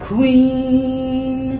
Queen